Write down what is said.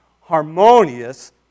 harmonious